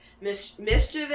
mischievous